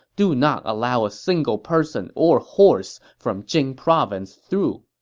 do not allow a single person or horse from jing province through.